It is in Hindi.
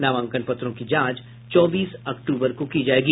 नामांकन पत्रों की जांच चौबीस अक्टूबर को की जायेगी